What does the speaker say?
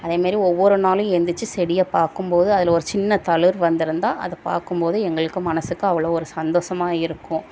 அதே மாரி ஒவ்வொர் நாளும் எந்திரிச்சு செடியை பார்க்கும் போது அதில் ஒரு சின்ன தளிர் வந்துருந்தா அதை பார்க்கும் போது எங்களுக்கு மனசுக்கு அவ்வளோ ஒரு சந்தோசமாக இருக்கும்